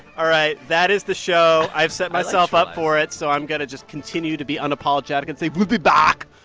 all right. that is the show. i've set myself up for it, so i'm going to just continue to be unapologetic and say, we'll be back,